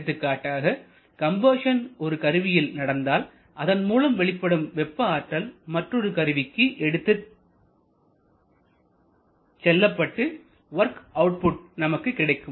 எடுத்துக்காட்டாக கம்பஷன் ஒரு கருவியில் நடந்தால் அதன் மூலம் வெளிப்படும் வெப்ப ஆற்றல் மற்றொரு கருவிக்கு எடுத்துச் செல்லப்பட்டு வொர்க் அவுட்புட் நமக்கு கிடைக்கும்